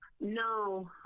No